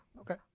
Okay